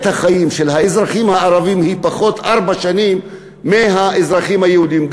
החיים של האזרחים הערבים היא ארבע שנים פחות משל האזרחים היהודים,